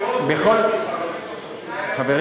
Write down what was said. חברים